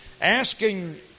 Asking